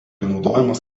naudojamas